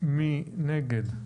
מי נגד?